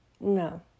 No